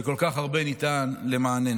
שכל כך הרבה ניתן למעננו.